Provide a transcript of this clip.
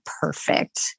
perfect